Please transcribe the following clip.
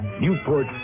Newport